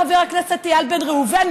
חבר הכנסת איל בן ראובן,